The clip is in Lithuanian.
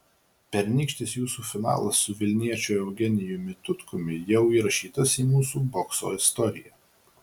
pernykštis jūsų finalas su vilniečiu eugenijumi tutkumi jau įrašytas į mūsų bokso istoriją